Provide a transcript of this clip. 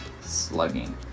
slugging